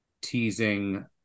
teasing